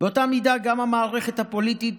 באותה מידה גם המערכת הפוליטית